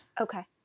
Okay